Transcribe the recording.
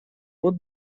вот